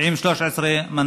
עם 13 מנדטים.